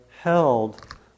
held